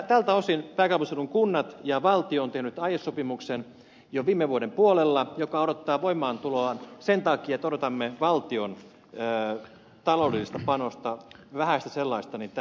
tältä osin pääkaupunkiseudun kunnat ja valtio ovat tehneet aiesopimuksen jo viime vuoden puolella joka odottaa voimaantuloaan sen takia että odotamme valtion taloudellista panosta vähäistä sellaista tähän